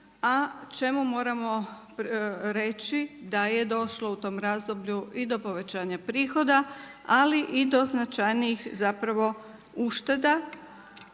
A čemu moramo reći da je došlo u tom razdoblju i do povećanja prihoda, ali i do značajnijih zapravo ušteda,